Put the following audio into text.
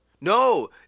No